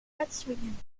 erzwingen